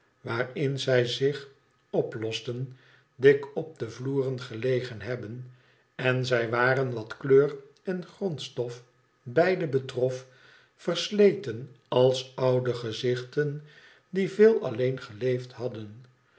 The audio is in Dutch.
waarin zij zich oplosten dik op de vloeren gelegen hebben en zij waren wat kleur en grondstof beide betrof versleten als oude gezichten die veel alleen geleefd badden